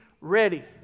ready